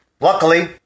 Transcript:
Luckily